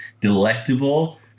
delectable